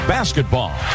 Basketball